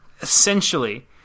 essentially